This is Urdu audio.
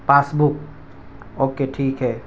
پاس بک اوکے ٹھیک ہے